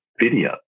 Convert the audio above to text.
video